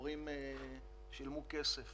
הורים שילמו כסף